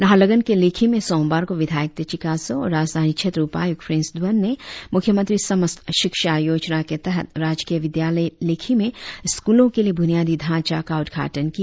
नाहरलगुन के लेखी में सोमवार को विधायक तेची कासो और राजधानी क्षेत्र उपायुक्त प्रिंस धवन ने मुख्यमंत्री समस्त शिक्षा योजना के तहत राजकीय विद्यालय लेखी में स्कूलों के लिए बुनियादी ढांचा का उदघाटन किया